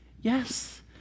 Yes